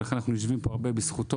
וכך אנחנו יושבים פה הרבה בזכותו,